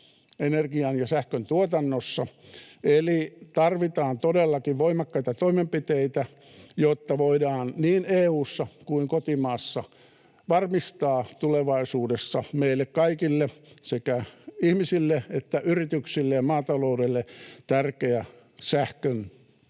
energian- ja sähköntuotannossa, eli tarvitaan todellakin voimakkaita toimenpiteitä, jotta voidaan niin EU:ssa kuin kotimaassa varmistaa tulevaisuudessa meille kaikille, sekä ihmisille että yrityksille ja maataloudelle, tärkeä